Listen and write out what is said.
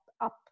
up